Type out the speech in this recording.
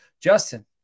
Justin